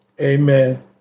Amen